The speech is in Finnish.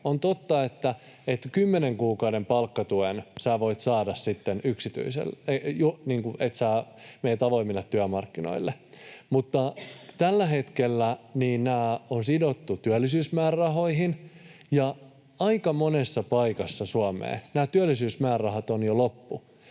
On totta, että kymmenen kuukauden palkkatuen sinä voit saada niin, että menet avoimille työmarkkinoille, mutta tällä hetkellä nämä on sidottu työllisyysmäärärahoihin, ja aika monessa paikassa Suomessa nämä työllisyysmäärärahat ovat jo loppu.